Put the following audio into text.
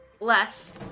less